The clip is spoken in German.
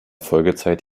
folgezeit